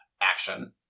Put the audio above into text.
action